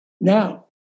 now